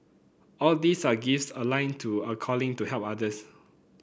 all these are gifts aligned to a calling to help others